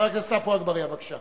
חבר הכנסת עפו אגבאריה, בבקשה.